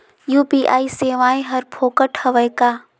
UPI सेवाएं हर फोकट हवय का?